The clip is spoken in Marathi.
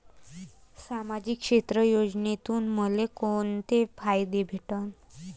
सामाजिक क्षेत्र योजनेतून मले कोंते फायदे भेटन?